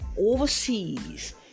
overseas